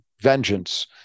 vengeance